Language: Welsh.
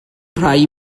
rhai